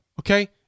Okay